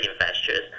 investors